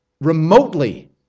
remotely